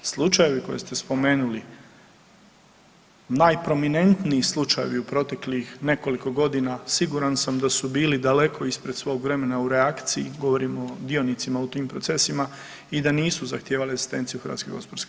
Slučajevi koje ste spomenuli najprominentniji slučajevi u proteklih nekoliko godina siguran da su bili daleko ispred svog vremena u reakciji, govorim o dionicima u tim procesima i da nisu zahtjeva asistenciju HGK.